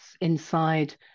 inside